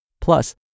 Plus